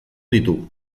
ditu